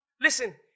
listen